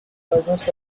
fragments